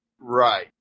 Right